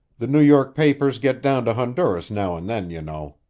the new york papers get down to honduras now and then, you know.